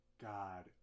God